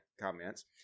comments